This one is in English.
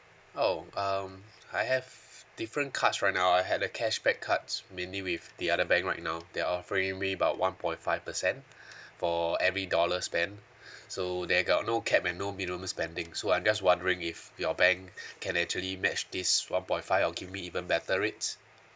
oh um I have different cards right now I had a cashback cards mainly with the other bank right now they're offering me about one point five percent for every dollar spent so they got no cap and no minimum spending so I'm just wondering if your bank can actually match this one point five or give me even better rates